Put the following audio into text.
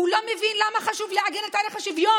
הוא לא מבין למה חשוב לעגן את ערך השוויון.